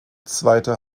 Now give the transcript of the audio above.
zweite